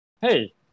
Hey